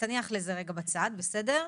שתניח לזה רגע בצד, בסדר?